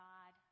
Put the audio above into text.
God